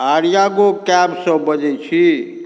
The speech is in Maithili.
आर्या गो कैबसँ बजै छी